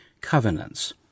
covenants